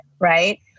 Right